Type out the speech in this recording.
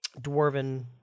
dwarven